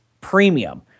Premium